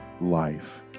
life